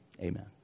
amen